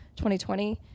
2020